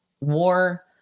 war